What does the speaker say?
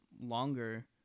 longer